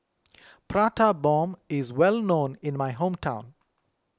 Prata Bomb is well known in my hometown